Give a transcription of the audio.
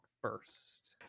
first